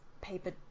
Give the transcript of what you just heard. paper